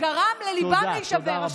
גרם לליבם להישבר.